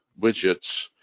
widgets